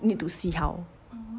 need to see how